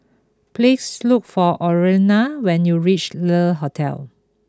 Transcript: please look for Orlena when you reach Le Hotel